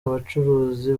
abacuruzi